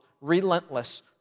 relentless